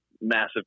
massive